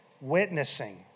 witnessing